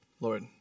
Lord